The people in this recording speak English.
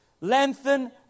lengthen